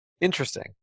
Interesting